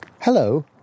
Hello